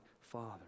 Father